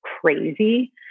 crazy